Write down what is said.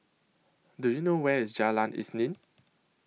Do YOU know Where IS Jalan Isnin